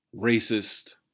racist